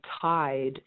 tied